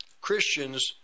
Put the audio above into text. Christians